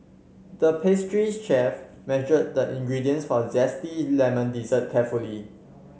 the pastry chef measured the ingredients for a zesty lemon dessert carefully